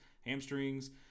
hamstrings